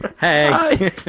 hey